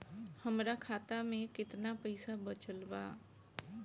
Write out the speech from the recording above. हमरा खाता मे केतना पईसा बचल बा?